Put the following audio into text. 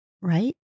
right